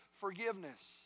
Forgiveness